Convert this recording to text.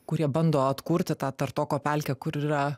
kurie bando atkurti tą tartoko pelkę kur yra